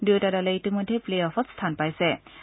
দুয়োটা দলে ইতিমধ্যে প্লে অফত স্থান লাভ কৰিছে